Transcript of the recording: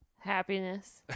Happiness